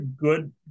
good